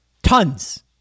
Tons